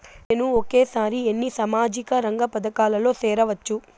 నేను ఒకేసారి ఎన్ని సామాజిక రంగ పథకాలలో సేరవచ్చు?